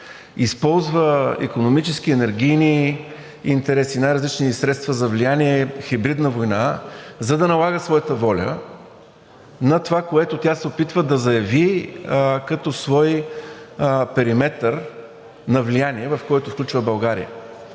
използва икономически енергийни интереси, най-различни средства за влияние, хибридна война, за да налага своята воля на това, което тя се опитва да заяви като свой периметър на влияние, в който включва България.